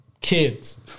kids